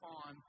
on